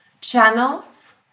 channels